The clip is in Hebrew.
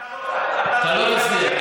אתה, אתה לא תצליח.